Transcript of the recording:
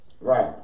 Right